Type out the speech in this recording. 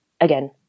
again